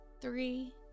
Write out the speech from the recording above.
three